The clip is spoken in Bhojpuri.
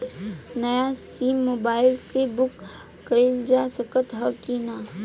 नया सिम मोबाइल से बुक कइलजा सकत ह कि ना?